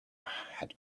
had